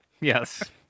Yes